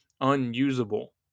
unusable